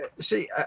see